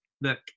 Look